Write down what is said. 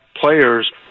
players